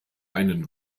einen